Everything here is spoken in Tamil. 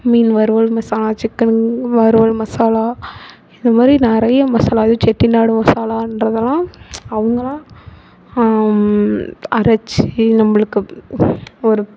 மீன் வறுவல் மசாலா சிக்கன் வறுவல் மசாலா இது மாதிரி நிறைய மசாலா செட்டிநாடு மசாலாகிறதுலாம் அவங்களா அரைச்சு நம்மளுக்கு ஒரு